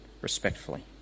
respectfully